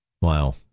Wow